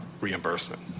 reimbursement